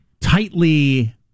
tightly